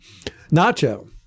Nacho